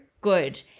good